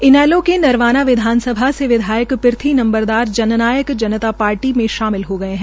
इनैलो के नरवाना विधानसभा से विधायक पिर्थी नंबरदार जन नायक जनता दल पार्टी में शामिल हो गये है